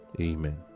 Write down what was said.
amen